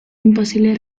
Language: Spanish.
imposible